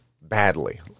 badly